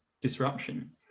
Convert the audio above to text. disruption